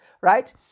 right